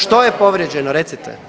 Što je povrijeđeno, recite?